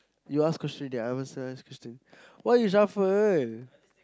you ask question already I also ask question why you shuffle